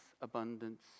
abundance